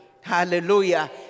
Hallelujah